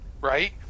right